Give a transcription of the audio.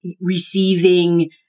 receiving